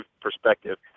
perspective